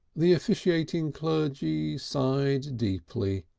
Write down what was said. the officiating clergy sighed deeply,